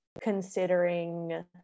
considering